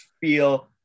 feel